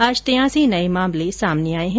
आज तियासी नये मामले सामने आए हैं